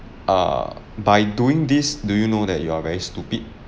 err by doing this do you know that you are very stupid